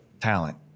talent